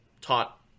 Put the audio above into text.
taught